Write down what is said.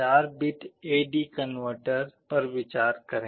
4 bit A D converter AD converter पर विचार करें